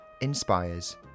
inspires